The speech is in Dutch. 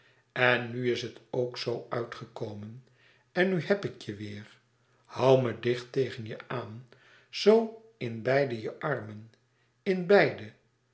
en nu is het ook zoo uitgekomen en nu heb ik je weêr hoû me dicht tegen je aan zoo in beide je armen in beide